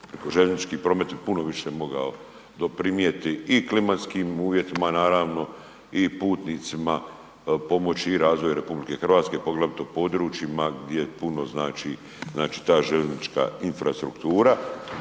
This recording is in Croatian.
željeznički promet bi puno više mogao doprinijeti i klimatskim uvjetima naravno i putnicima pomoći i razvoju RH, poglavito područjima gdje puno znači ta željeznička infrastruktura.